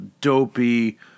Dopey